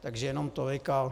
Takže jenom tolik.